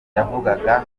yavugaga